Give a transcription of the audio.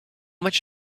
much